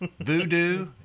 Voodoo